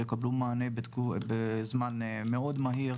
תקבלו מענה בזמן מאוד מהיר,